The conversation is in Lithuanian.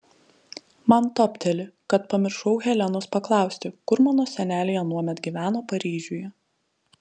man topteli kad pamiršau helenos paklausti kur mano seneliai anuomet gyveno paryžiuje